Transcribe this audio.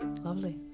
Lovely